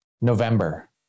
November